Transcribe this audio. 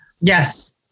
Yes